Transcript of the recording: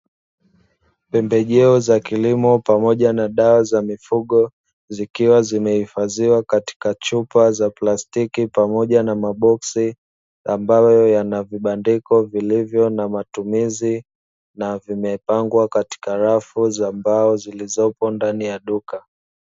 Pembejeo za kilimo pamoja na dawa za mifugo, zikiwa zimehifadhiwa katika chupa za plastiki, pamoja na maboksi ambayo yana vibandiko vilivyo na matumizi, na vimepangwa katika rafu za mbao zilizopo ndani ya duka.